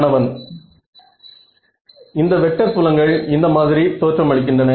மாணவன் இந்த வெக்டர் புலங்கள் இந்த மாதிரி தோற்றம் அளிக்கின்றன